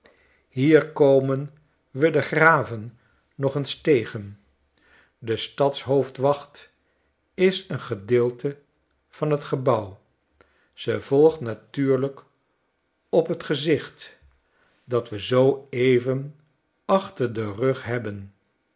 hier komen we de graven nog eens tegen de stadshoofdwacht is een gedeelte van f t gebouw ze volgt ntuurlijk op t gezicht dat we zoo even achter den rug hebben